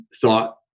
thought